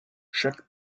chaque